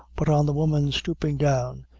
but on the woman stooping down,